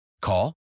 Call